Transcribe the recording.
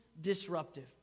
disruptive